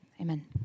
Amen